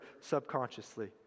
subconsciously